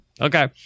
Okay